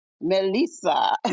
Melissa